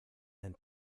and